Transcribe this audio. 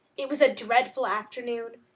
it was a dreadful afternoon.